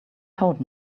told